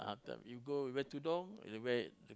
you go you wear tudung you wear it